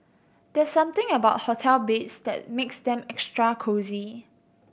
there's something about hotel beds that makes them extra cosy